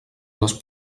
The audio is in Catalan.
les